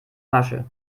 masche